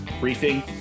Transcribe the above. briefing